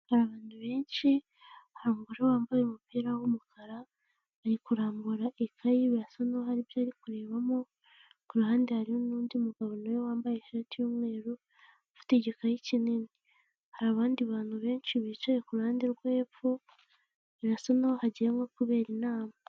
Hari abantu benshi hari umugore wambaye umupira wumukara ari kurambura ikayi birasa nkaho ari ibyo kurebamo kuruhande hari nundi mugabo nawe wambaye ishati yumweru afite igikayi kinini. Hari abandi bantu benshi bicaye kuruhande rwo hepfo birasa naho hagiyemo kubera inama.